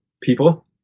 people